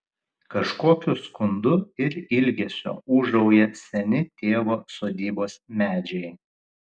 kažkokiu skundu ir ilgesiu ūžauja seni tėvo sodybos medžiai